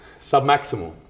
Submaximal